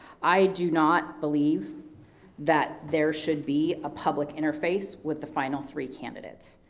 i do not believe that there should be a public interface with the final three candidates,